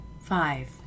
Five